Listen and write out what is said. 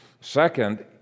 Second